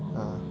ah